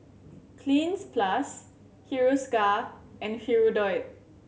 Cleanz Plus Hiruscar and Hirudoid